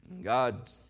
God